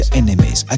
enemies